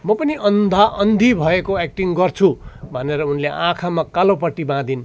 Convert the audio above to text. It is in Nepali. म पनि अन्धा अन्धी भएको एक्टिङ गर्छु भनेर उनले आखाँमा कालो पट्टी बाँधिन्